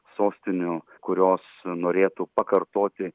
sostinių kurios norėtų pakartoti